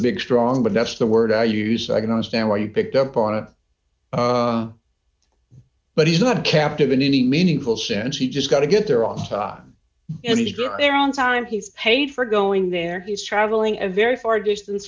big strong but that's the word i use i can understand why you picked up on it but he's not captive in any meaningful sense he just got to get there on time and he got there on time he's paid for going there he's traveling a very far distance